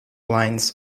lines